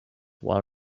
while